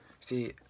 See